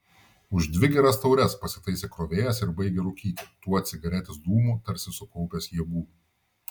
už dvi geras taures pasitaisė krovėjas ir baigė rūkyti tuo cigaretės dūmu tarsi sukaupęs jėgų